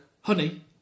Honey